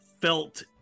felt